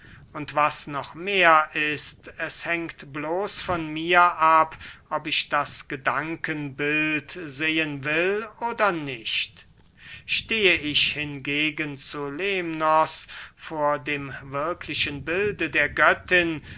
und was noch mehr ist es hängt bloß von mir ab ob ich das gedankenbild sehen will oder nicht stehe ich hingegen zu lemnos vor dem wirklichen bilde der göttin